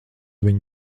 viņu